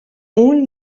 اون